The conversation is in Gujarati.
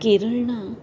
કેરળના